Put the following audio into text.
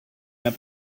n’as